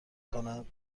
کند